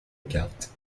carte